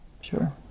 sure